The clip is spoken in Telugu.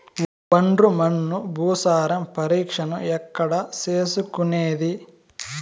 ఒండ్రు మన్ను భూసారం పరీక్షను ఎక్కడ చేసుకునేది?